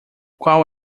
qual